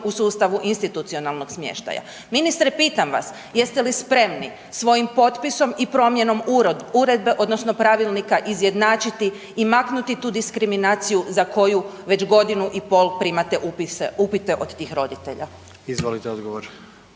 u sustavu institucionalnog smještaja? Ministre, pitam vas, jeste li spremni svojim potpisom i promjenom uredbe odnosno pravilnika izjednačiti i maknuti tu diskriminaciju za koju već godinu i pol primate upite od tih roditelja? **Jandroković,